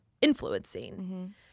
influencing